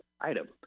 item